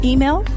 Email